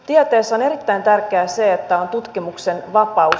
tieteessä on erittäin tärkeää että on tutkimuksen vapaus